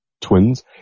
twins